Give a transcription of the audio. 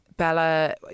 Bella